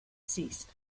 ceased